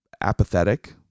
apathetic